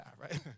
right